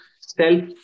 self